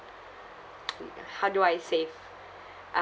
how do I save